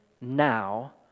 now